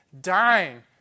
dying